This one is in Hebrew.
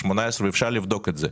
2018 ואפשר לבדוק את זה.